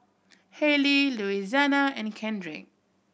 Hailey Louisiana and Kendrick